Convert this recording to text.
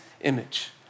image